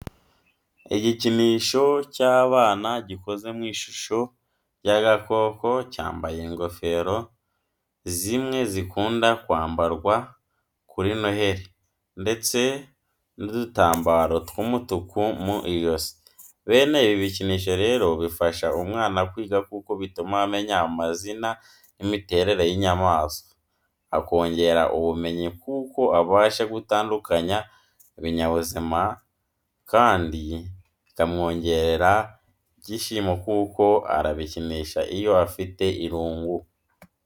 Igikinisho cy'abana gikoze mu ishusho y'agakoko, cyambaye ingofero zimwe zikunda kwambarwa kuri noheli ndetse n'udutambaro tw'umutuku mu ijosi. Bene ibi bikinisho rero bifasha umwana kwiga kuko bituma amenya amazina n’imiterere y’inyamaswa, akongera ubumenyi kuko abasha gutandukanya ibinyabuzima kandi bikamwongerera ibyishimo kuko arabikinisha iyo afite irungu.